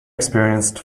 experienced